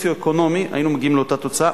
סוציו-אקונומי היינו מגיעים לאותה תוצאה.